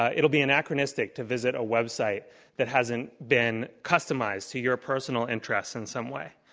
it'll be anachronistic to visit a website that hasn't been customized to your personal interests in some way.